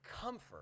comfort